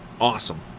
Awesome